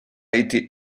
été